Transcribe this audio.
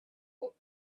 what